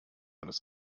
alles